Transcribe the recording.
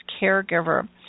Caregiver